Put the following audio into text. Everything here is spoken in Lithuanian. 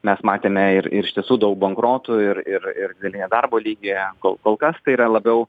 mes matėme ir ir iš tiesų daug bankrotų ir ir ir nedarbo lygį kol kol kas tai yra labiau